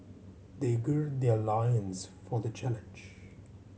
they gird their loins for the challenge